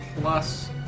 plus